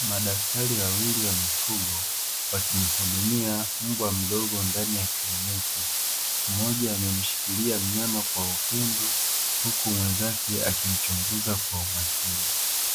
Madaktari wawili wa mifugo wakimuhudumia mbwa mdogo ndani ya kliniki. Mmoja amemshikilia mnyama kwa upendo, huku mwenzake akimchunguza kwa umakini.